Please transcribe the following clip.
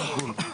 זה הכל.